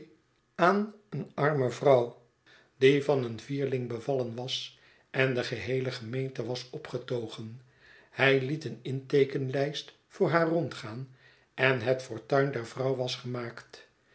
aan een arme vrouw die van een vierling bevallen was en de geheele gemeente was opgetogen hij liet een inteekeninglijst voor haar rondgaan en het fortuin der vrouw was gemaakt